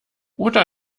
oder